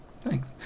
Thanks